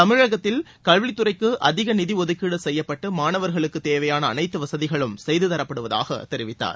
தமிழகத்தில் கல்வித்துறைக்கு அதிக நிதி ஒதுக்கீடு செய்யப்பட்டு மாணவர்களுக்குத் தேவையான அனைத்து வசதிகளும் செய்து தரப்படுவதாகத் தெரிவித்தார்